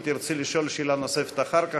אם תרצי לשאול שאלה נוספת אחר כך,